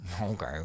Okay